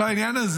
העניין הזה